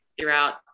throughout